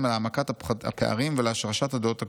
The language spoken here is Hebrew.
להעמקת הפערים ולהשרשת הדעות הקדומות.